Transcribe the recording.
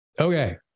Okay